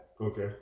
okay